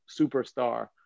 superstar